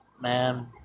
man